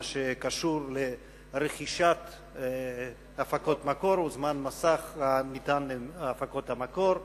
שקשור לרכישת הפקות מקור וזמן מסך הניתן להפקות המקור.